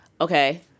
okay